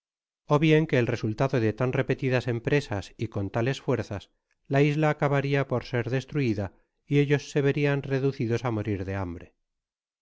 ó bien que el resultado de tan repetidas empresas y con tales fuerzas la isla acabaria por ser destruida y ellos se verian reducidos á morir de hambre